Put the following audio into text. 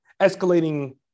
escalating